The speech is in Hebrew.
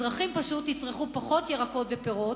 אזרחים פשוט יצרכו פחות ירקות ופירות,